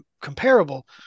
comparable